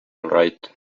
right